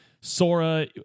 Sora